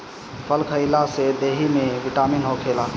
फल खइला से देहि में बिटामिन होखेला